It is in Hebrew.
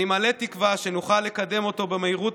אני מלא תקווה שנוכל לקדם אותו במהירות